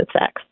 sex